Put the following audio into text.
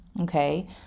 okay